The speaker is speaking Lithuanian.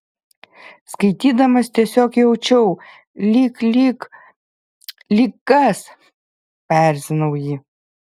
skaitydamas tiesiog jaučiau lyg lyg lyg kas paerzinau jį